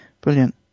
Brilliant